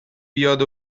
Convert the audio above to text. بیاد